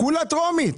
כולה טרומית.